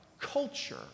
culture